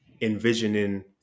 envisioning